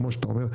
כמו שאתה אומר,